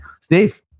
Steve